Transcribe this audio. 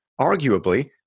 arguably